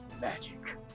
magic